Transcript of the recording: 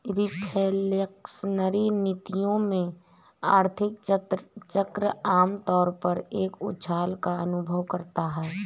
reflationary नीतियों में, आर्थिक चक्र आम तौर पर एक उछाल का अनुभव करता है